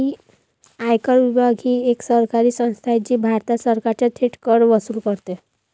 आयकर विभाग ही एक सरकारी संस्था आहे जी भारत सरकारचा थेट कर वसूल करते